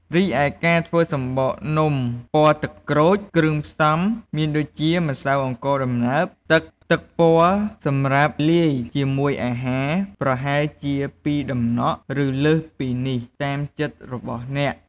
រីឯការធ្វើសំបកនំពណ៌ទឹកក្រូច គ្រឿងផ្សំមានដូចជា ម្សៅអង្ករដំណើប ទឹក ទឹកពណ៌សម្រាប់លាយជាមួយអាហារ ប្រហែលជា ២តំណក់ ឬលើសពីនេះតាមចិត្តរបស់អ្នក។